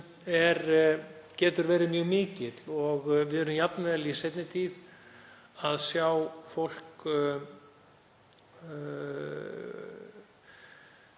getur verið mjög mikill og við erum jafnvel í seinni tíð að sjá fólk